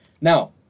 Now